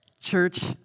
Church